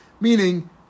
meaning